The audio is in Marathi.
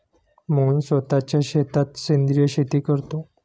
मोहन स्वतःच्या शेतात सेंद्रिय शेती करतो